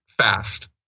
fast